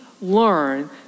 learn